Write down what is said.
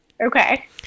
Okay